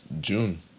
June